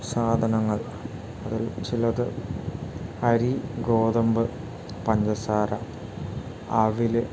സാധനങ്ങൾ അതിൽ ചിലത് അരി ഗോതമ്പ് പഞ്ചസാര അവിൽ